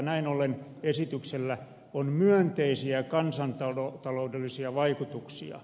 näin ollen esityksellä on myönteisiä kansantaloudellisia vaikutuksia